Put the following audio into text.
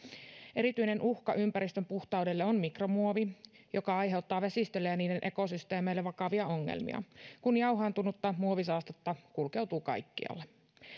erityinen uhka ympäristön puhtaudelle on mikromuovi joka aiheuttaa vesistöille ja niiden ekosysteemeille vakavia ongelmia kun jauhaantunutta muovisaastetta kulkeutuu kaikkialle